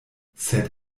sed